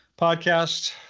podcast